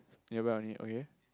nearby only okay